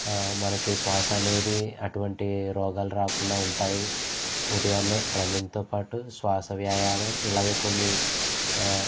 మనకి శ్వాస అనేది అటువంటి రోగాలు రాకుండా ఉంటాయి ఉదయాన్నే రన్నింగ్ తోపాటు శ్వాస వ్యాయామం ఇలాగే కొన్ని